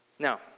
Now